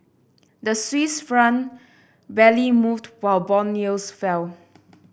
the Swiss Franc barely moved while bond yields fell